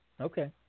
Okay